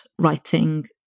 writing